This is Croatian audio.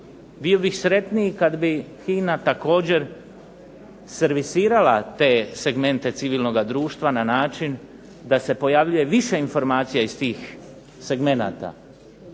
bio bih sretniji kad bi HINA također servisirala te segmente civilnoga društva na način da se pojavljuje više informacija iz tih segmenata.